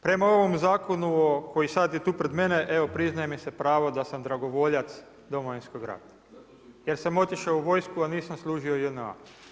Prema ovom zakonu koji sad je tu preda mnom, evo priznaje mi se pravo da sam dragovoljac Domovinskog rata jer sam otišao u vojsku a nisam služio JNA.